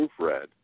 proofread